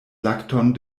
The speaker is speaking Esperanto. lakton